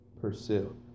Pursue